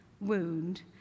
wound